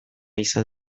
izan